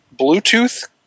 Bluetooth